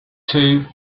two